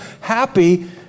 happy